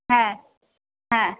হ্যাঁ হ্যাঁ